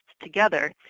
together